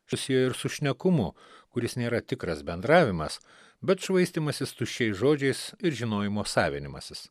susiję ir su šnekumu kuris nėra tikras bendravimas bet švaistymasis tuščiais žodžiais ir žinojimo savinimasis